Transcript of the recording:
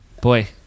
Boy